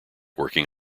working